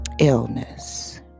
illness